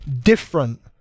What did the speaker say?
different